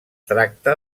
tracta